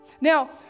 Now